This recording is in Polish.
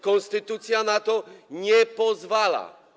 Konstytucja na to nie pozwala.